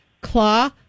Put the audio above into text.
Claw